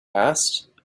asked